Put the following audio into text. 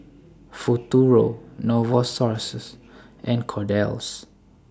Futuro Novosources and Kordel's